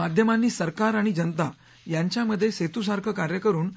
माध्यमांनी सरकार आणि जनता यांच्यामध्ये सेतूसारखं कार्य करुन